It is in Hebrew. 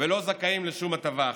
ולא זכאים לשום הטבה אחרת.